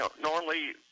normally